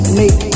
make